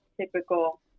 typical